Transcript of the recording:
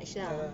ah